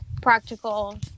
practical